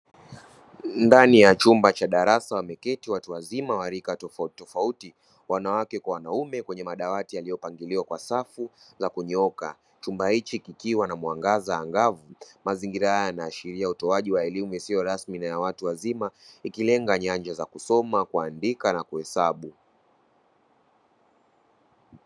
Ndani ya chumba cha darasa wameketi watu wazima wa rika tofautitofauti wanawake kwa wanaume kwenye madawati yaliyopangiliwa kwa safu za kunyooka, chumba hiki kikiwa na mwangaza angavu. Mazingira haya yanaashiria utoaji wa elimu isiyo rasmi na ya watu wazima ikilenga nyanja za kusoma, kuandika na kuhesabu.